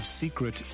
secret